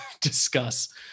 discuss